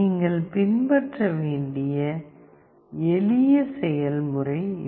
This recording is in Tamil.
நீங்கள் பின்பற்ற வேண்டிய எளிய செயல்முறை இது